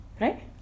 Right